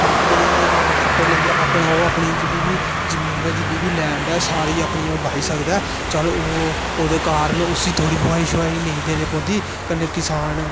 tractor लेइये अपना जिन्नी बी लेंड ऐ जेहड़ी ओह् बाही सकदा ऐ चल ओह् ओहदे कारण थोह्ड़ी बोहाई नेईं देनी पौंदी कन्नै किसान